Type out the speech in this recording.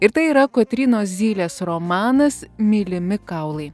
ir tai yra kotrynos zylės romanas mylimi kaulai